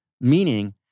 meaning